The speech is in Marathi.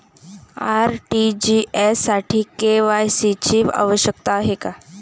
आर.टी.जी.एस साठी के.वाय.सी ची आवश्यकता आहे का?